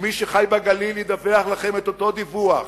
ומי שחי בגליל ידווח לכם את אותו דיווח.